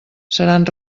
seran